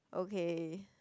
okay